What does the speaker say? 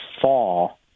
fall